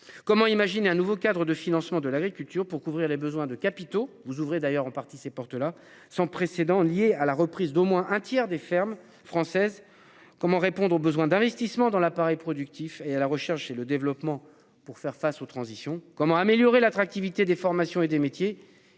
Comment imaginer un nouveau cadre de financement de l'agriculture pour couvrir les besoins de capitaux. Vous ouvrez d'ailleurs en partie ses portes là sans précédent liée à la reprise d'au moins un tiers des fermes françaises. Comment répondre aux besoins d'investissements dans l'appareil productif est à la recherche et le développement pour faire face aux transitions comment améliorer l'attractivité des formations et des métiers y